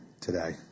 today